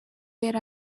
yari